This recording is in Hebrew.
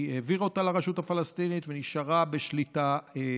היא העבירה אותם לרשות הפלסטינית ונשארה בשליטה ביטחונית.